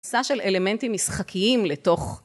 של אלמנטים משחקיים לתוך.